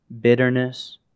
bitterness